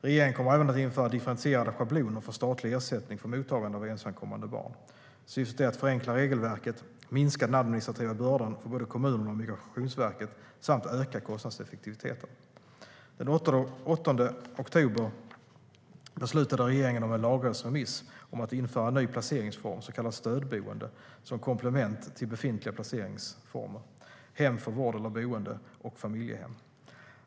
Regeringen kommer även att införa differentierade schabloner för statlig ersättning för mottagande av ensamkommande barn. Syftet är att förenkla regelverket, minska den administrativa bördan för både kommunerna och Migrationsverket samt öka kostnadseffektiviteten. Den 8 oktober beslutade regeringen om en lagrådsremiss om att införa en ny placeringsform, så kallat stödboende, som komplement till befintliga placeringsformer, hem för vård eller boende och familjehem.